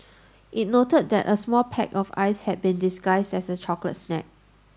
it noted that a small pack of ice had been disguised as a chocolate snack